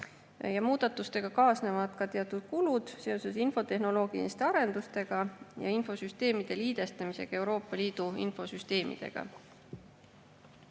Muudatustega kaasnevad teatud kulutused infotehnoloogilistele arendustele ja infosüsteemide liidestamisele Euroopa Liidu infosüsteemidega.